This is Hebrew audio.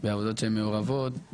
בעבודות שהן מעורבות,